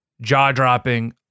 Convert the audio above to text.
jaw-dropping